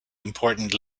important